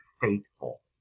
faithful